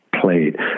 played